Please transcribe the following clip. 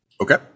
Okay